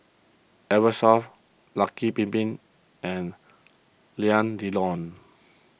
Eversoft Lucky Bin Bin and Alain Delon